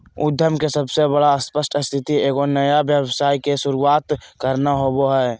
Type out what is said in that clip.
उद्यम के सबसे बड़ा स्पष्ट स्थिति एगो नया व्यवसाय के शुरूआत करना होबो हइ